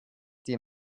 die